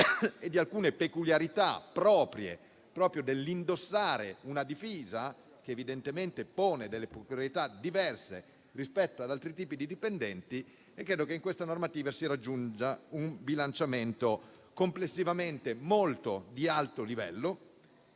e di alcune peculiarità proprie dell'indossare una divisa che, evidentemente, pone delle priorità diverse rispetto ad altri tipi di dipendenti. Credo che questa normativa raggiunga un bilanciamento di livello complessivamente molto alto e